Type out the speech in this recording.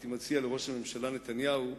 הייתי מציע לראש הממשלה נתניהו,